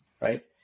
Right